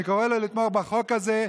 אני קורא לו לתמוך בחוק הזה,